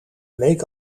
leek